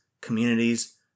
communities